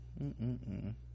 Mm-mm-mm